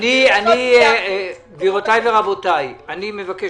גבירותיי ורבותיי, אני רוצה